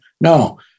No